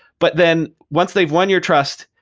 but then once they've won your trust,